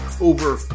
Over